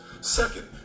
Second